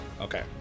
Okay